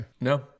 No